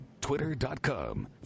Twitter.com